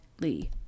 lee